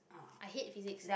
i hate physics